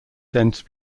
dense